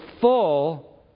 full